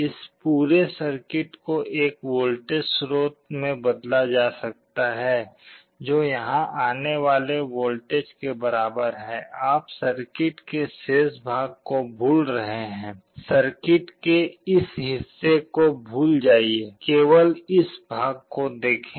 इस पूरे सर्किट को एक वोल्टेज स्रोत से बदला जा सकता है जो यहां आने वाले वोल्टेज के बराबर है आप सर्किट के शेष भाग को भूल रहे हैं सर्किट के इस हिस्से को भूल जाइये केवल इस भाग को देखें